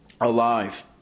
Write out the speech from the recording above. Alive